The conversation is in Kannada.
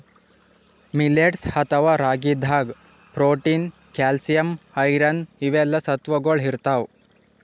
ಮಿಲ್ಲೆಟ್ಸ್ ಅಥವಾ ರಾಗಿದಾಗ್ ಪ್ರೊಟೀನ್, ಕ್ಯಾಲ್ಸಿಯಂ, ಐರನ್ ಇವೆಲ್ಲಾ ಸತ್ವಗೊಳ್ ಇರ್ತವ್